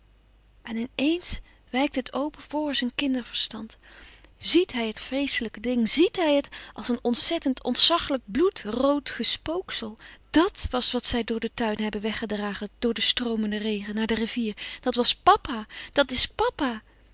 en in éens wijkt het open voor zijn kinderverstand zièt hij het vreeslijke ding zièt hij het als een ontzettend ontzaglijk bloedrood gespooksel dàt wat zij daar door den tuin hebben weggedragen door den stroomenden regen naar de rivier dat was papa dat is papa